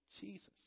Jesus